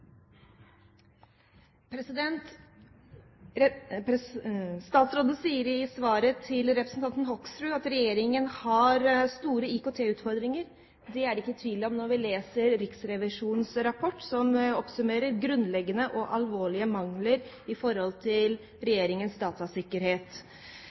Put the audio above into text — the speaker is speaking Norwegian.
Statsråden sier i svaret til representanten Hoksrud at regjeringen har store IKT-utfordringer. Det er det ingen tvil om når vi leser Riksrevisjonens rapport, som oppsummerer grunnleggende og alvorlige mangler i